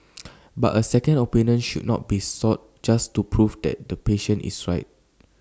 but A second opinion should not be sought just to prove that the patient is right